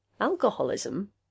Alcoholism